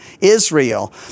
Israel